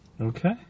Okay